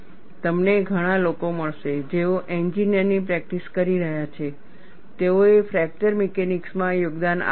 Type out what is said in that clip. તમને ઘણા લોકો મળશે જેઓ એન્જિનિયરની પ્રેક્ટિસ કરી રહ્યા છે તેઓએ ફ્રેક્ચર મિકેનિક્સમાં યોગદાન આપ્યું છે